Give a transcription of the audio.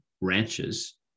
ranches